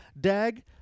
DAG